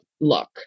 look